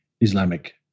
Islamic